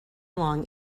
long